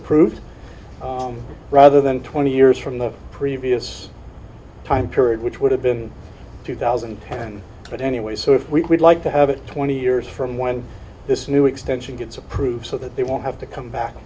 approved rather than twenty years from the previous time period which would have been two thousand and ten but anyway so if we would like to have it twenty years from when this new extension gets approved so that they won't have to come back